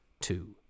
two